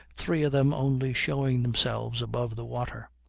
three of them only showing themselves above the water.